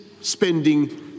spending